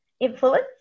influence